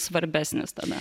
svarbesnis tame